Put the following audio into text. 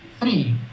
Three